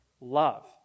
Love